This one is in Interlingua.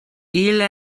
ille